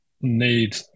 need